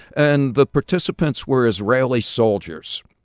and the participants were israeli soldiers.